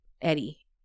Eddie